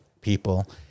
people